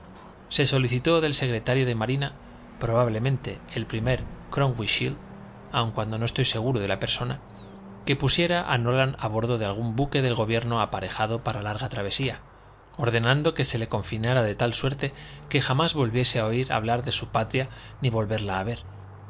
se solicitó del secretario de marina probablemente el primer crówninshield aun cuando no estoy seguro de la persona que pusiera a nolan a bordo de algún buque del gobierno aparejado para larga travesía ordenando que se le confinara de tal suerte que jamás volviese a oír hablar de su patria ni a volverla a ver